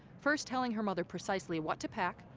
first telling her mother precisely what to pack,